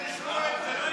לא, אי-אפשר לשמוע את זה.